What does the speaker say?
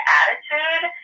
attitude